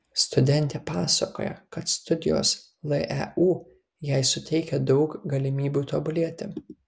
studentė pasakoja kad studijos leu jai suteikia daug galimybių tobulėti